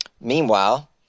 Meanwhile